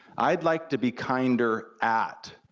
i'd like to be kinder at,